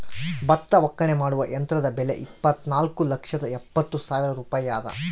ಭತ್ತ ಒಕ್ಕಣೆ ಮಾಡುವ ಯಂತ್ರದ ಬೆಲೆ ಇಪ್ಪತ್ತುನಾಲ್ಕು ಲಕ್ಷದ ಎಪ್ಪತ್ತು ಸಾವಿರ ರೂಪಾಯಿ ಅದ